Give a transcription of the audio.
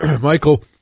Michael